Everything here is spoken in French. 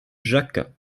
jacquat